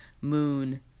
moon